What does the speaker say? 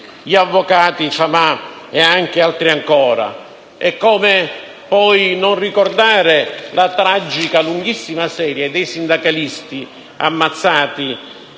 l'avvocato Famà e altri ancora. Come poi non ricordare la tragica e lunghissima serie di sindacalisti ammazzati